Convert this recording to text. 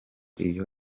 iyo